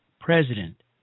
President